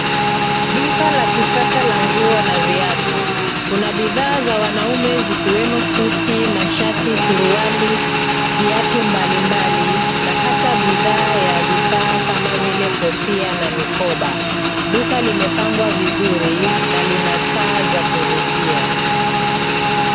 Duka la kisasa la nguo na viatu. Kuna bidhaa za wanaume zikiwemo suti, mashati, suruali, viatu mbalimbali na hata bidhaa ya vifaa kama vile kofia na mikoba. Duka limepangwa vizuri na lina taa za kuvutia.